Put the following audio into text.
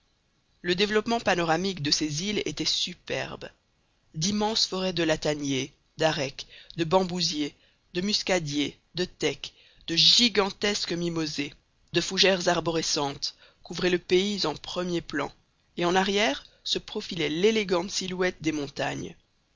le développement panoramique de ces îles était superbe d'immenses forêts de lataniers d'arecs de bambousiers de muscadiers de tecks de gigantesques mimosées de fougères arborescentes couvraient le pays en premier plan et en arrière se profilait l'élégante silhouette des montagnes